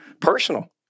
personal